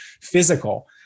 physical